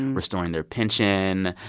and restoring their pension,